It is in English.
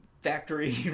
factory